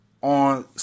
on